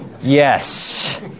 Yes